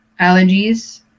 allergies